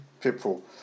people